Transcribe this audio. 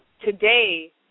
today